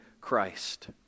Christ